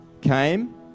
came